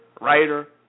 writer